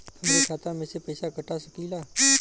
हमरे खाता में से पैसा कटा सकी ला?